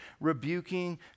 rebuking